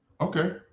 Okay